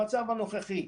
המצב הנוכחי,